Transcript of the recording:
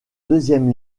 deuxième